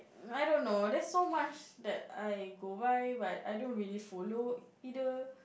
I don't know there's so much that I go by but I don't really like follow either